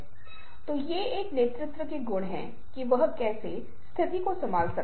तो यह कुछ ऐसा है जो शायद जैविक रूप से बहुत अधिक संचालित है